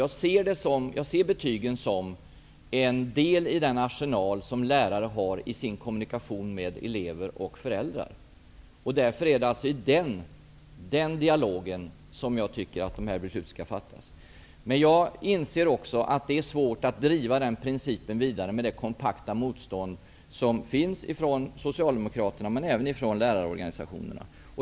Jag ser betygen som en del i den arsenal som läraren har i sin kommunikation med elever och föräldrar. Därför är det under denna dialog som jag anser att besluten skall fattas. Men jag inser också att det är svårt att driva den principen vidare med det kompakta motstånd som finns hos Socialdemokraterna men även hos lärarorganisationerna.